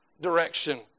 direction